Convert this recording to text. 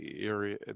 area